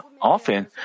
often